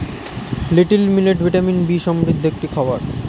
little millet vitamin B সমৃদ্ধ একটি খাবার